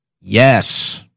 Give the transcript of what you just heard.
Yes